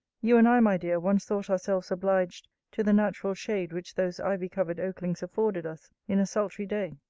you and i, my dear, once thought ourselves obliged to the natural shade which those ivy-covered oaklings afforded us, in a sultry day.